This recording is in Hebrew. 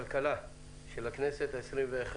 שלום לכולם.